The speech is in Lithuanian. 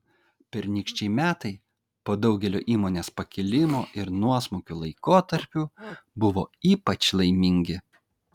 pernykščiai metai po daugelio įmonės pakilimų ir nuosmukių laikotarpių buvo ypač laimingi